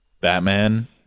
Batman